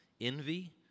envy